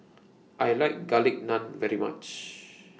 I like Garlic Naan very much